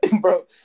Bro